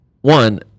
One